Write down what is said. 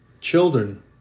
children